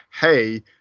Hey